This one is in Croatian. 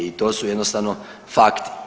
I to su jednostavno fakti.